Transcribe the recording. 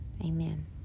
amen